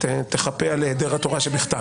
שתחפה על היעדר התורה שבכתב.